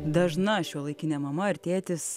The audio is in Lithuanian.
dažna šiuolaikinė mama ar tėtis